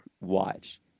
watch